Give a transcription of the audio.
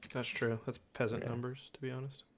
that's true. that's peasant numbers to be honest